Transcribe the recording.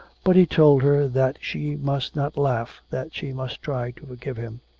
but he told her that she must not laugh, that she must try to forgive him.